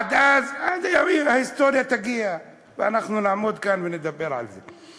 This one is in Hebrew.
עד אז ההיסטוריה תגיע ואנחנו נעמוד כאן ונדבר על זה.